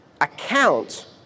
account